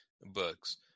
books